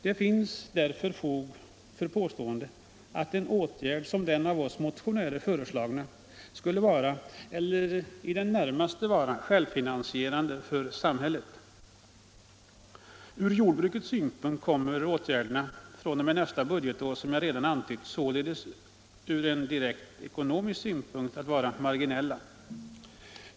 Det finns fog för påståendet att en åtgärd som den av oss motionärer föreslagna skulle vara självfinansierande eller i det närmaste självfinansierande för samhället. Ur jordbrukets synpunkt kommer åtgärderna fr.o.m. nästa budgetår, som jag redan antytt, således att ur direkt ekonomisk synpunkt även rent marginellt genom de kortare reseavstånden vara fördelaktiga.